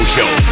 Show